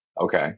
Okay